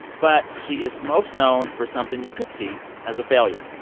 but she is most known for something you could see as a failure.